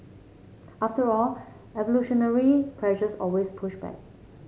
after all evolutionary pressures always push back